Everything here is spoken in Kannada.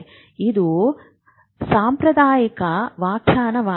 ಇದು ಸಾಂಪ್ರದಾಯಿಕ ವ್ಯಾಖ್ಯಾನವಾಗಿದೆ